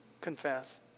confess